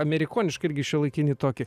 amerikonišką irgi šiuolaikinį tokį